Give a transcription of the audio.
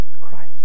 Christ